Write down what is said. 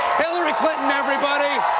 hillary clinton, everybody.